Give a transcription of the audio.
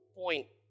point